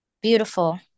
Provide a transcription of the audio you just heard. Beautiful